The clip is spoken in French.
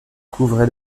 couvrait